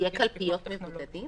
יהיו קלפיות למבודדים?